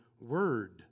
word